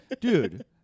dude